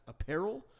apparel